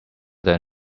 than